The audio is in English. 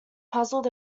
puzzled